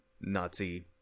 nazi